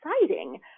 exciting